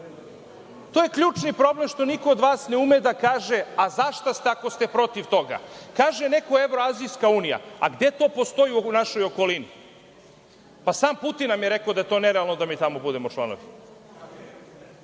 To je ključni problem što niko od vas ne ume da kaže – a za šta ste ako ste protiv toga. Kaže neko evroazijska unija, a gde to postoji u našoj okolini? Sam Putin nam je rekao da je to nerealno da mi tamo budemo članovi.